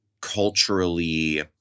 culturally